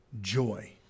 joy